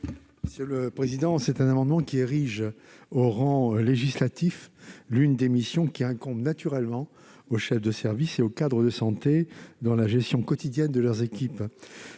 commission ? Cet amendement tend à ériger au rang législatif l'une des missions qui incombent naturellement aux chefs de service et aux cadres de santé dans la gestion quotidienne des équipes.